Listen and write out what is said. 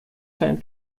time